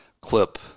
clip